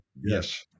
Yes